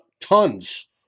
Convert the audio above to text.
tons